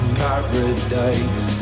paradise